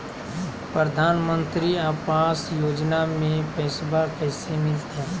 प्रधानमंत्री आवास योजना में पैसबा कैसे मिलते?